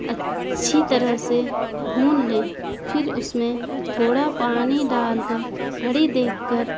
اچھی طرح سے بھون لیں پھر اس میں تھوڑا پانی ڈال کر گھڑی دیکھ کر